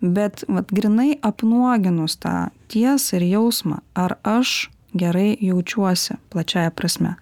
bet vat grynai apnuoginus tą tiesą ir jausmą ar aš gerai jaučiuosi plačiąja prasme